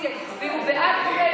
את הסיפור,